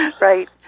Right